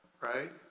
right